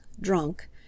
drunk